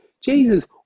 Jesus